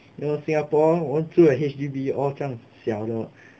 you know singapore 我们除了 H_D_B all 这样小的